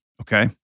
Okay